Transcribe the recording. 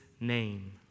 name